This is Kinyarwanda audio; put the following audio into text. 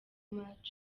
maj